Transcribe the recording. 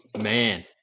man